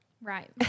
Right